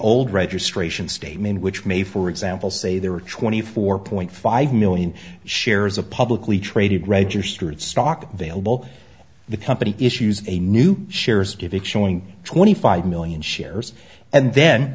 old registration statement which may for example say there were twenty four point five million shares a publicly traded registered stock vailable the company issues a new shares give it showing twenty five million shares and then